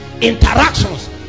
interactions